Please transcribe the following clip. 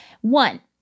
One